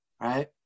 Right